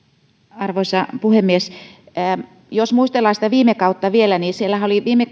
arvoisa puhemies jos muistellaan viime kautta vielä niin viime